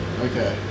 Okay